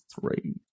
three